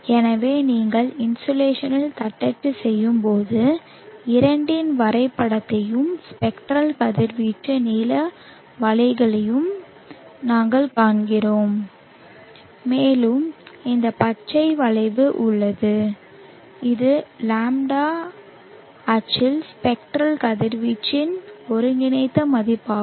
எனவே நீங்கள் இன்சோலேஷனில் தட்டச்சு செய்யும் போது இரண்டின் வரைபடத்தையும் ஸ்பெக்ட்ரல் கதிர்வீச்சு நீல வளைவையும் நாங்கள் காண்கிறோம் மேலும் இந்த பச்சை வளைவு உள்ளது இது λ அச்சில் ஸ்பெக்ட்ரல் கதிர்வீச்சின் ஒருங்கிணைந்த மதிப்பாகும்